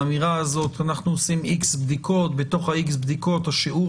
האמירה הזאת שאנחנו עושים איקס בדיקות ובתוך איקס הבדיקות שיעור